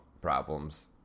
problems